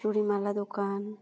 ᱪᱩᱲᱤᱼᱢᱟᱞᱟ ᱫᱚᱠᱟᱱ